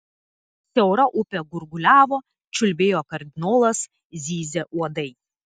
siaura upė gurguliavo čiulbėjo kardinolas zyzė uodai